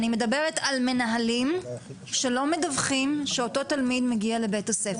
אני מדברת על מנהלים שלא מדווחים שאותו תלמיד מגיע לבית-הספר.